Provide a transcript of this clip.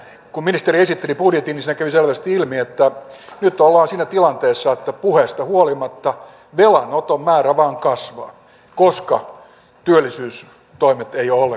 kun ministeri esitteli budjetin niin siinä kävi selvästi ilmi että nyt ollaan siinä tilanteessa että puheista huolimatta velanoton määrä vain kasvaa koska työllisyystoimet eivät ole ollenkaan riittäviä